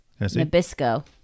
Nabisco